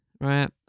right